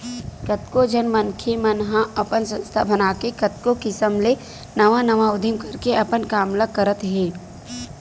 कतको झन मनखे मन ह अपन संस्था बनाके कतको किसम ले नवा नवा उदीम करके अपन काम ल करत हे